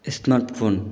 S smart phone